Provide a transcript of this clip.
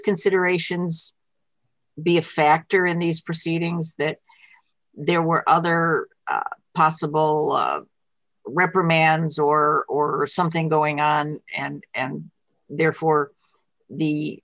considerations be a factor in these proceedings that there were other possible reprimands or something going on and and therefore the